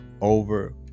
over